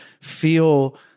feel